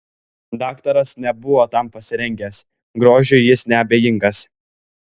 daktaras nebuvo tam pasirengęs grožiui jis neabejingas